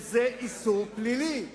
שזה איסור פלילי.